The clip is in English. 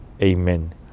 amen